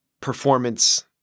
performance